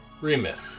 Remiss